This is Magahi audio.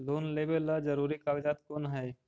लोन लेब ला जरूरी कागजात कोन है?